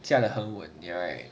驾了很稳 right